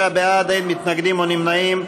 65 בעד, אין מתנגדים או נמנעים.